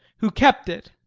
who kept it.